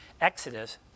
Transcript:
Exodus